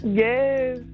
yes